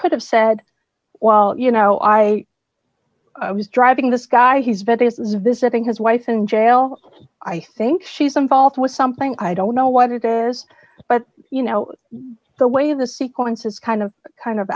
could have said well you know i was driving this guy he's been visiting his wife in jail i think she's involved with something i don't know whether this but you know the way the sequence is kind of kind of